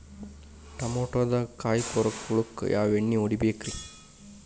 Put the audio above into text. ಟಮಾಟೊದಾಗ ಕಾಯಿಕೊರಕ ಹುಳಕ್ಕ ಯಾವ ಎಣ್ಣಿ ಹೊಡಿಬೇಕ್ರೇ?